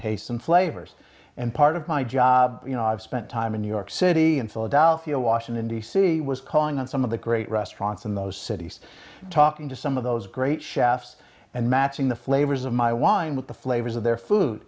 and flavors and part of my job you know i've spent time in new york city and philadelphia washington d c was calling on some of the great restaurants in those cities talking to some of those great chefs and matching the flavors of my wine with the flavors of their food